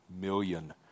million